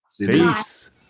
Peace